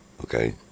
Okay